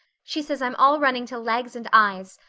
she says i'm all running to legs and eyes.